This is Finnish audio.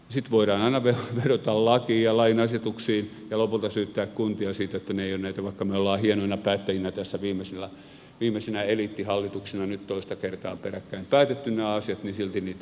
sitten voidaan aina vedota lakiin ja lain asetuksiin ja lopulta syyttää kuntia siitä että vaikka me olemme hienoina päättäjinä tässä viimeisinä eliittihallituksina nyt toista kertaa peräkkäin päättäneet nämä asiat ne eivät ole silti toteuttaneet niitä